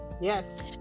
yes